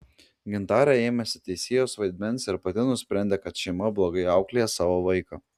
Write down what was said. gintarė ėmėsi teisėjos vaidmens ir pati nusprendė kad šeima blogai auklėja savo vaiką